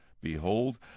behold